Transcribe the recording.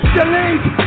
Delete